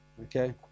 Okay